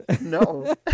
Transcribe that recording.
No